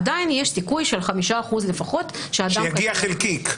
עדיין יש סיכוי של 5% לפחות שאדם --- שיגיע חלקיק.